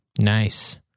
Nice